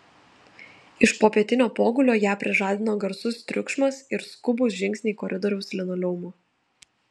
iš popietinio pogulio ją prižadino garsus triukšmas ir skubūs žingsniai koridoriaus linoleumu